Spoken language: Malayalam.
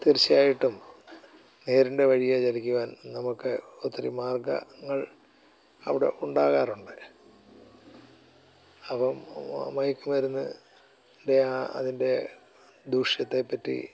തീർച്ചയായിട്ടും നേരിൻ്റെ വഴിയേ ചലിക്കുവാൻ നമുക്ക് ഒത്തിരി മാർഗ്ഗങ്ങൾ അവിടെ ഉണ്ടാകാറുണ്ട് അപ്പം മയക്ക് മരുന്നിൻ്റെ ആ അതിൻ്റെ ദൂഷ്യത്തെപ്പറ്റി